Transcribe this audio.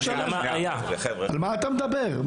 על מה אתה מדבר?